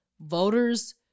voters